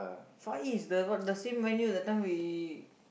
Far East the what the same menu that time we